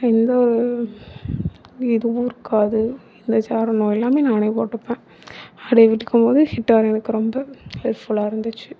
எந்த ஒரு இதுவும் இருக்காது எல்லாமே நானே போட்டுப்பேன் ஹிட்டார் எனக்கு ரொம்ப யூஸ்ஃபுல்லாக இருந்திச்சு